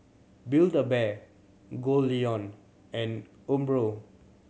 Build A Bear Goldlion and Umbro